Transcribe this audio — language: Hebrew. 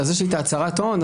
יש לי הצהרת הון,